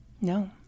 No